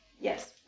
Yes